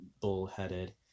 bullheaded